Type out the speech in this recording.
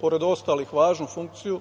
pored ostalih, važnu funkciju